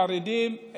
חרדים,